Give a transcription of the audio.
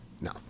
no